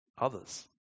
others